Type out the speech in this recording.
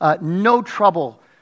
no-trouble